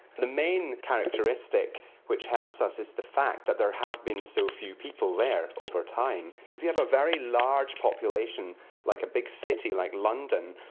the main characteristic which helps us is the fact that there have been so few people there over time. if you have a very large population like a big city like london,